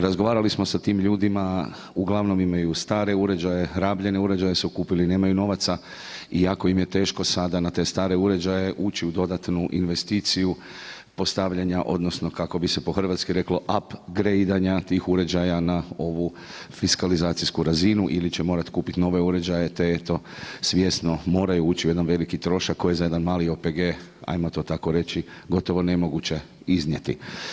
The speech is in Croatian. Razgovarali smo sa tim ljudima, uglavnom imaju stare uređaje, rabljene uređaje su kupili, nemaju novaca i jako im je teško sada na te stare uređaje ući u dodatnu investiciju postavljanja odnosno kako bi se po hrvatski reklo apgrejdanje tih uređaja na ovu fiskalizacijsku razinu ili će morati kupiti nove uređaje te eto svjesno moraju ući u jedan veliki trošak koji je za jedan mali OPG, ajmo to tako reći gotovo nemoguće iznijeti.